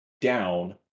down